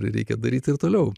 reikia daryti ir toliau